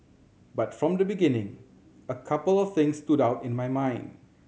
but from the beginning a couple of things stood out in my mind